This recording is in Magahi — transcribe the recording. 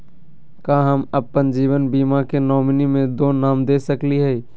का हम अप्पन जीवन बीमा के नॉमिनी में दो नाम दे सकली हई?